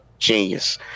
genius